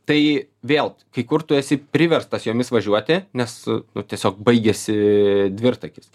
tai vėl kai kur tu esi priverstas jomis važiuoti nes tiesiog baigiasi dvirtakis